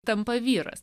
tampa vyras